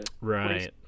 right